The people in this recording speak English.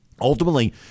ultimately